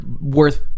worth